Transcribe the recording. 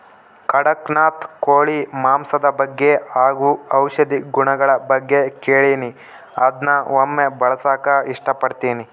ಕಡಖ್ನಾಥ್ ಕೋಳಿ ಮಾಂಸದ ಬಗ್ಗೆ ಹಾಗು ಔಷಧಿ ಗುಣಗಳ ಬಗ್ಗೆ ಕೇಳಿನಿ ಅದ್ನ ಒಮ್ಮೆ ಬಳಸಕ ಇಷ್ಟಪಡ್ತಿನಿ